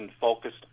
focused